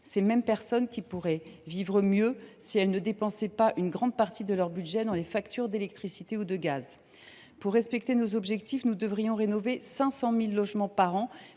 ces mêmes personnes pourraient mieux vivre si elles ne dépensaient pas une grande partie de leur budget dans les factures d’électricité ou de gaz. Pour respecter nos objectifs, nous devrions rénover 500 000 logements par an,